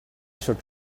should